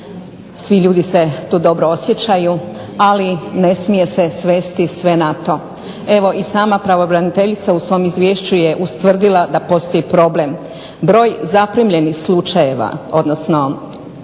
svi ljudi se tu dobro osjećaju, ali ne smije se svesti sve na to. Evo i sama pravobraniteljica u svom izvješću je ustvrdila da postoji problem. Broj zaprimljenih slučajeva, odnosno